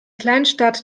kleinstadt